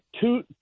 two